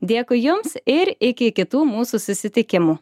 dėkui jums ir iki kitų mūsų susitikimų